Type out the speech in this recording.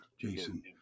Jason